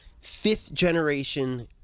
fifth-generation